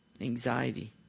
anxiety